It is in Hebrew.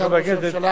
אדוני היושב-ראש,